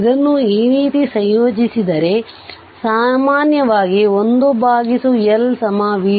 ಇದನ್ನು ಈ ರೀತಿ ಸಂಯೋಜಿಸಿದರೆ ಸಾಮಾನ್ಯವಾಗಿ 1 L v dt